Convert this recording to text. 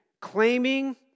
Claiming